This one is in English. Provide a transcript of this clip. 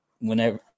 whenever